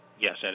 Yes